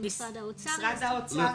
אם משרד האוצר יציג.